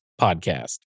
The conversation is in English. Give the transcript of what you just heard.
Podcast